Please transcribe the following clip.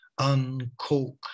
uncork